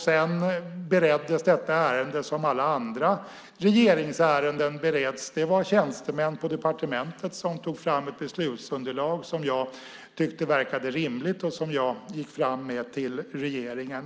Sedan bereddes detta ärende som alla andra regeringsärenden bereds. Det var tjänstemän på departementet som tog fram ett beslutsunderlag som jag tyckte verkade rimligt och som jag gick fram med till regeringen.